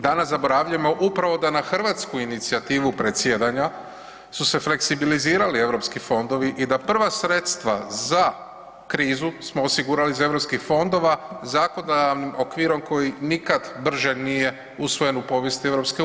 Danas zaboravljamo upravo da na hrvatsku inicijativu predsjedanja su se fleksibilizirali europski fondovi i da prva sredstva za krizu smo osigurali iz EU fondova zakonodavnim okvirom koji nikad brže nije usvojen u povijesti EU.